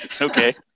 Okay